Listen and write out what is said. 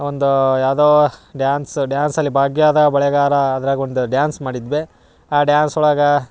ಒಂದು ಯಾವುದೋ ಡ್ಯಾನ್ಸ್ ಡ್ಯಾನ್ಸಲ್ಲಿ ಭಾಗ್ಯಾದ ಬಳೆಗಾರ ಅದ್ರಾಗ ಒಂದು ಡ್ಯಾನ್ಸ್ ಮಾಡಿದ್ವೆ ಆ ಡ್ಯಾನ್ಸ್ ಒಳಗಾ